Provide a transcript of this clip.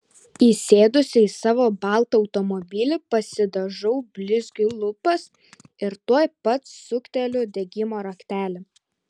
įsėdusi į savo baltą automobilį pasidažau blizgiu lūpas ir tuoj pat sukteliu degimo raktelį